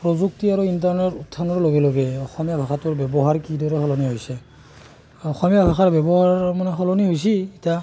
প্ৰযুক্তি আৰু ইণ্টাৰনেট উত্থানৰ লগে লগে অসমীয়া ভাষাটোৰ ব্যৱহাৰ কিদৰে সলনি হৈছে অসমীয়া ভাষাৰ ব্যৱহাৰ মানে সলনি হৈছে এতিয়া